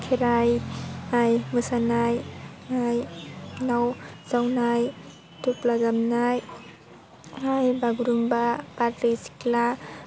खेराय याइ मोसानाय नाव जावनाय थुफ्ला दामनाय हाय बागुरुमबा बारदै सिख्ला